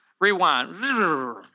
rewind